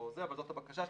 אבל זאת הבקשה שלנו,